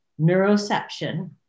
neuroception